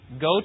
Go